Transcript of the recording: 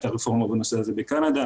הייתה רפורמה בנושא הזה בקנדה,